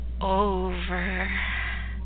over